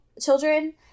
children